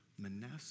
Manasseh